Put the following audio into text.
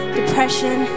depression